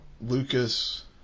Lucas